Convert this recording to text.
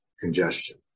congestion